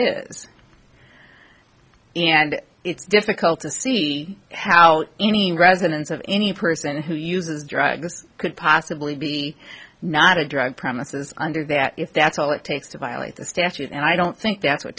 is and it's difficult to see how any residents of any person who uses drugs could possibly be not a drug premises under that if that's all it takes to violate the statute and i don't think that's what